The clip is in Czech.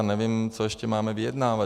Nevím, co ještě máme vyjednávat.